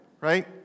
right